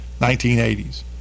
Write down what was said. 1980s